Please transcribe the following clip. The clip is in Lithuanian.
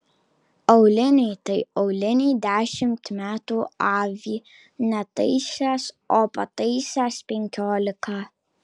auliniai tai auliniai dešimt metų avi netaisęs o pataisęs penkiolika